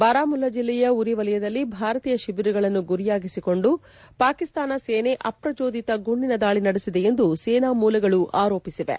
ಬಾರಾಮುಲ್ಲಾ ಜಿಲ್ಲೆಯ ಉರಿ ವಲಯದಲ್ಲಿ ಭಾರತೀಯ ತಿಬಿರಗಳನ್ನು ಗುರಿಯಾಗಿಸಿಕೊಂಡು ಪಾಕಿಸ್ತಾನ ಸೇನೆ ಅಪ್ರಚೋದಿತ ಗುಂಡಿನ ದಾಳಿ ನಡೆಸಿದೆ ಎಂದು ಸೇನಾ ಮೂಲಗಳು ಆರೋಪಿಸಿವೆ